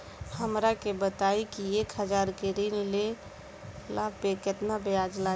हमरा के बताई कि एक हज़ार के ऋण ले ला पे केतना ब्याज लागी?